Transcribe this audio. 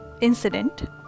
incident